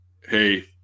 hey